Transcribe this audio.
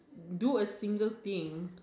do a single thing